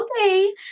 okay